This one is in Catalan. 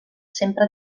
sempre